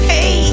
Hey